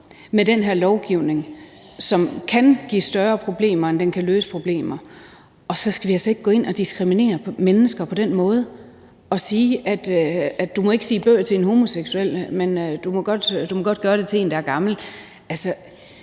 med den her lovgivning, som kan give større problemer, end den løser. Og så skal vi altså ikke gå ind og diskriminere mennesker på den måde og sige: Du må ikke sige bøh til en homoseksuel, men du må godt gøre det til en, der er gammel. Altså,